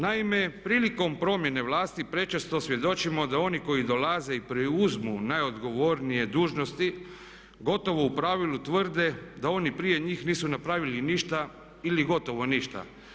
Naime, prilikom promjene vlasti prečesto svjedočimo da oni koji dolaze i preuzmu najodgovornije dužnosti gotovo u pravilu tvrde da oni prije njih nisu napravili ništa ili gotovo ništa.